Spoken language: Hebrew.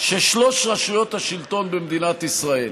ששלוש רשויות השלטון במדינת ישראל